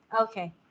Okay